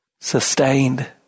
sustained